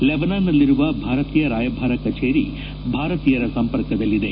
ಲೆಬನಾನ್ನಲ್ಲಿರುವ ಭಾರತೀಯ ರಾಯಭಾರ ಕಚೇರಿ ಭಾರತೀಯರ ಸಂಪರ್ಕದಲ್ಲಿದೆ